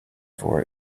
for